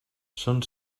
són